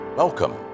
welcome